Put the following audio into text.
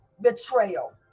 betrayal